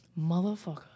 Motherfucker